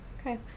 Okay